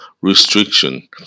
restriction